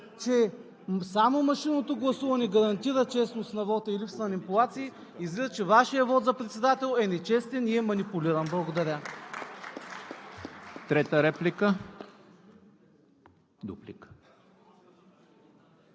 че само машинното гласуване гарантира честност на вота и липса на манипулации, излиза, че Вашият вот за председател е нечестен и е манипулиран. Благодаря. (Ръкопляскания